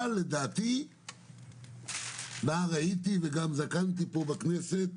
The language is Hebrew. אבל לדעתי נער הייתי וגם זקנתי פה בכנסת,